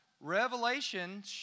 Revelation